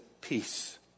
peace